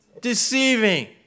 deceiving